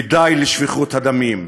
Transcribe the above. ודי לשפיכות הדמים.